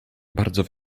bardzo